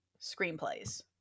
screenplays